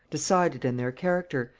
decided in their character,